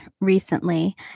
recently